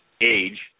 age